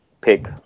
pick